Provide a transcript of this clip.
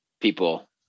people